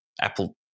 Apple